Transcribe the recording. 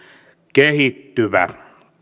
kehittyvä